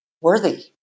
worthy